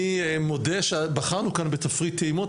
אני מודה שבחרנו כאן בתפריט טעימות,